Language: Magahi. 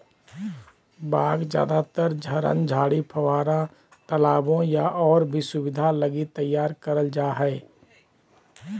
बाग ज्यादातर झरन, झाड़ी, फव्वार, तालाबो या और भी सुविधा लगी तैयार करल जा हइ